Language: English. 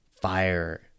fire